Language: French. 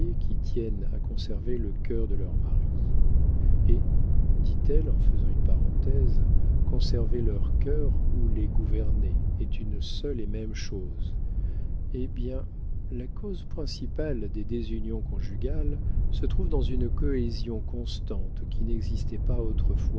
qui tiennent à conserver le cœur de leurs maris et dit-elle en faisant une parenthèse conserver leur cœur ou les gouverner est une seule et même chose eh bien la cause principale des désunions conjugales se trouve dans une cohésion constante qui n'existait pas